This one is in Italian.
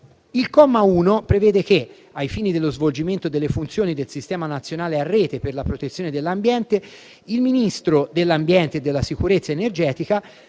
Il comma 1 prevede che, ai fini dello svolgimento delle funzioni del Sistema nazionale a rete per la protezione dell'ambiente, il Ministro dell'ambiente e della sicurezza energetica